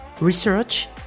Research